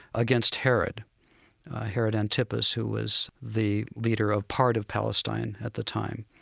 against herod herod antipas who was the leader of part of palestine at the time.